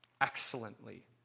excellently